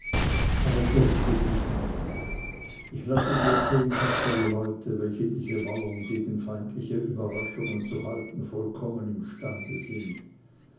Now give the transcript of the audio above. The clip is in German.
aber fürchte dich nicht ich lasse dir zehn tapfere leute welche diese mauern gegen feindliche überraschung zu halten vollkommen imstande sind